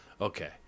Okay